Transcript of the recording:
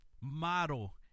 model